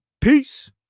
Peace